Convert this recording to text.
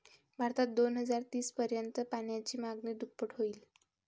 भारतात दोन हजार तीस पर्यंत पाण्याची मागणी दुप्पट होईल